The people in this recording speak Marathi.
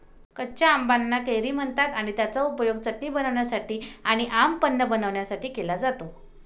कच्या आंबाना कैरी म्हणतात आणि त्याचा उपयोग चटणी बनवण्यासाठी आणी आम पन्हा बनवण्यासाठी केला जातो